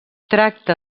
tracta